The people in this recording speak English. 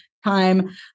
time